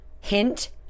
hint